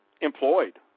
employed